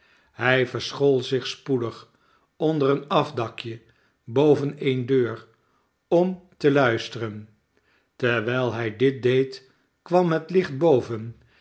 hij verschool zich spoedig onder een afdakje boven eene deur om te luisteren terwijl hij dit deed kwam het licht boven